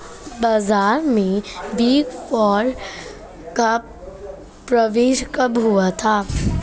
बाजार में big four का प्रवेश कब हुआ था?